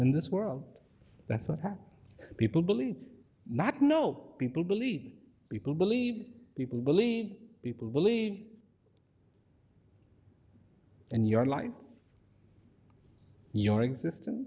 in this world that's what people believe not no people believe people believe people believe people believe and your life your existence